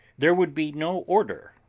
there would be no order,